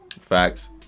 Facts